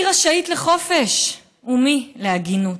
מי רשאית לחופש ומי לעגינות.